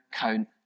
count